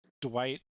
Dwight